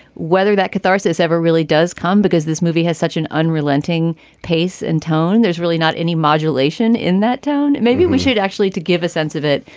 whether that catharsis ever really does come, because this movie has such an unrelenting pace and tone, there's really not any modulation in that tone. maybe we should actually to give a sense of it,